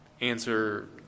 answer